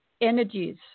energies